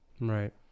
Right